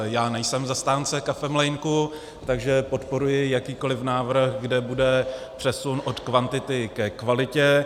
Já nejsem zastánce kafemlýnku, takže podporuji jakýkoliv návrh, kde bude přesun od kvantity ke kvalitě.